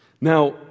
Now